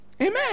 Amen